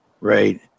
Right